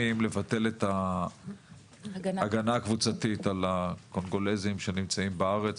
לבטל את ההגנה הקבוצתית על הקונגולזים שנמצאים בארץ,